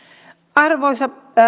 arvoisa